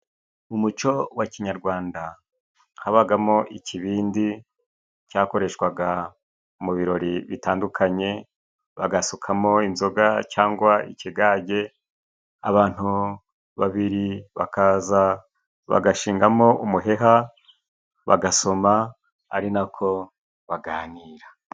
Mu muco wa kinyarwanda, habamo ikibindi cyakoreshwaga mu birori bitandukanye, bagasukamo inzoga cyangwa ikigage, abantu babiri bakaza bagashingamo umuheha bagasoma, ari na ko baganira.